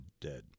dead